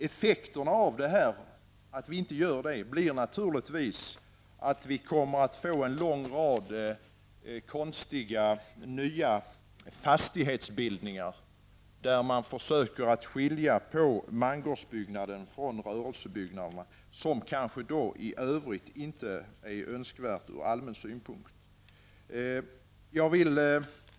Effekterna av att vi inte gör det blir naturligtvis att vi får en lång rad konstiga nya fastighetsbildningar, där man försöker skilja mangårdsbyggnader från rörelsebyggnader -- något som kanske inte är önskvärt rent allmänt.